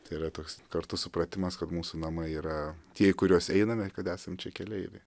tai yra toks kartu supratimas kad mūsų namai yra tie į kuriuos einame kad esam čia keleiviai